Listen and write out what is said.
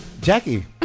Jackie